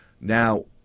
Now